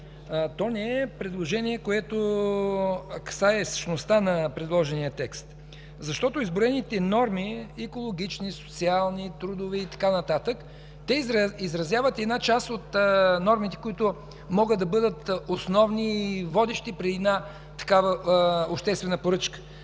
е редакционно, не касае същността на предложения текст. Изброените норми – екологични, социални, трудови и така нататък, изразяват част от нормите, които могат да бъдат основни и водещи в една такава обществена поръчка.